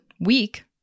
week